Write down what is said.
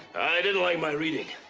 they didn't like my reading.